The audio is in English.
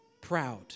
proud